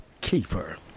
keeper